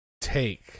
take